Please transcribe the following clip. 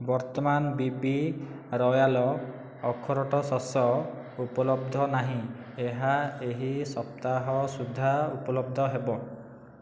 ବର୍ତ୍ତମାନ BB Royal ଅଖରୋଟ ଶସ୍ ଉପଲବ୍ଧ ନାହିଁ ଏହା ଏହି ସପ୍ତାହ ସୁଦ୍ଧା ଉପଲବ୍ଧ ହେବ